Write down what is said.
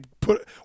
put